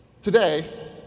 Today